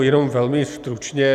Jenom velmi stručně.